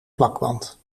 plakband